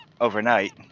overnight